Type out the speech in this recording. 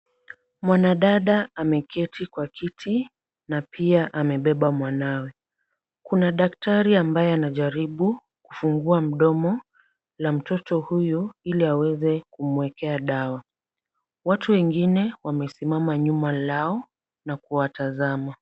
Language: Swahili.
Mwanadada ameketi kwa kiti na pia amebeba mwanawe. Kuna daktari ambaye anajaribu kufungua mdomo la mtoto huyu, ili aweze kumuekea dawa. Watu wengine wamesimama nyuma lao na kuwatazama.